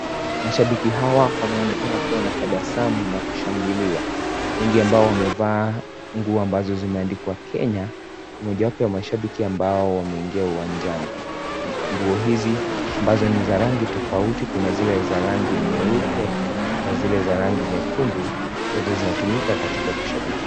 Mashabiki hawa wanaonekana kuwa na tabasamu na kushangilia wengi ambao wamevaa nguo ambazo zimeandikwa Kenya mojawapo wa mashabiki ambao wameingia uwanjani, nguo hizi ambazo ni za rangi tofauti, kuna zile za rangi nyeupe na zile za rangi nyekundu, zote zinatumika katika kushabiki.